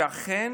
אכן